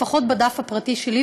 לפחות בדף הפרטי שלי.